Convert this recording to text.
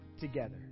together